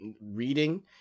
reading